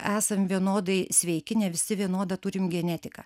esam vienodai sveiki ne visi vienodą turim genetiką